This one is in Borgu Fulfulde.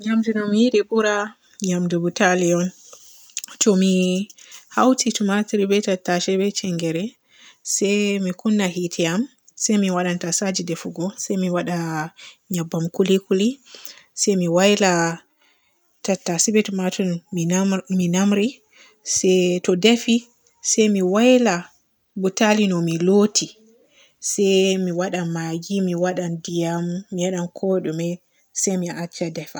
Nyamdu je miyiɗi bura nyamdu butali on. To mi hauti tumatir be tattase be tingere se mi kunna yiite am se mi waadanta tasaji defugu se mi waada yebbam koli koli se mi wayla tattase be tumatur mi nam-mi namri se to defi se mi wayla butali no mi looti se mi waada maggi mi waada ndiyam mi waada kooɗume se mi acca defa.